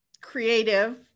creative